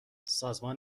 سازمان